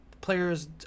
players